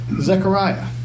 Zechariah